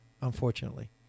unfortunately